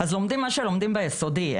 אז לומדים מה שלומדים ביסודי.